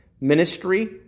ministry